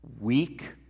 weak